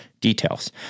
details